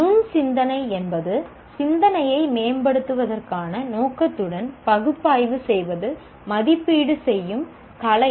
நுண் சிந்தனை என்பது சிந்தனையை மேம்படுத்துவதற்கான நோக்கத்துடன் பகுப்பாய்வு செய்து மதிப்பீடு செய்யும் கலை